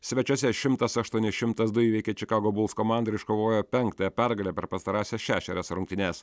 svečiuose šimtas aštuoni šimtas du įveikė čikago buls komandą ir iškovojo penktąją pergalę per pastarąsias šešerias rungtynes